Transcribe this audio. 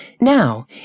Now